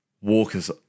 walkers